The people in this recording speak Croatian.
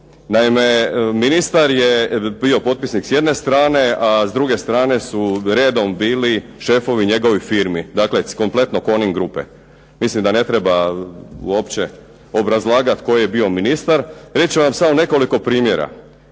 Naime, ministar je bio potpisnik s jedne strane, a s druge strane su redom bili šefovi njegovih firmi. Dakle, kompletno Coning grupe. Mislim da ne treba uopće obrazlagati tko je bio ministar. Reći ću vam samo nekoliko primjera.